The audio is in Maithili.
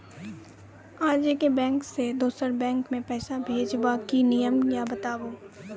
आजे के बैंक से दोसर बैंक मे पैसा भेज ब की नियम या बताबू?